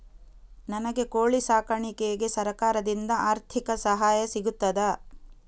ನನಗೆ ಕೋಳಿ ಸಾಕಾಣಿಕೆಗೆ ಸರಕಾರದಿಂದ ಆರ್ಥಿಕ ಸಹಾಯ ಸಿಗುತ್ತದಾ?